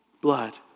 blood